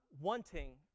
wanting